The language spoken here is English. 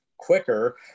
quicker